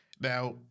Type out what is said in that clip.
Now